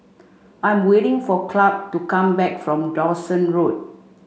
I'm waiting for Clark to come back from Dawson Road